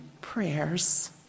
prayers